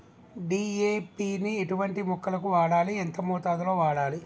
DAP ని ఎటువంటి మొక్కలకు వాడాలి? ఎంత మోతాదులో వాడాలి?